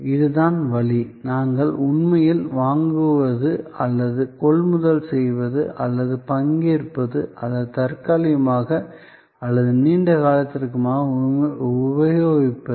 இதுதான் வழி நாங்கள் உண்மையில் வாங்குவது அல்லது கொள்முதல் செய்வது அல்லது பங்கேற்பது அல்லது தற்காலிகமாக அல்லது நீண்ட காலத்திற்கு உபயோகிப்பது